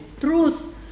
truth